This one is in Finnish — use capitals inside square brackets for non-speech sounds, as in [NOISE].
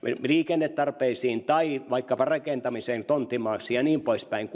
liikennetarpeisiin tai vaikkapa rakentamiseen tonttimaaksi ja niin poispäin [UNINTELLIGIBLE]